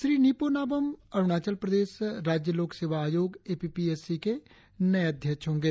श्री निपो नाबाम अरुणाचल प्रदेश राज्य लोक सेवा आयोग A P P S C के नये अध्यक्ष होंगे